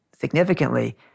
significantly